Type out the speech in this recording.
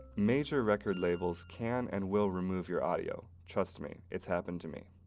major record labels can and will remove your audio. trust me, it's happened to me.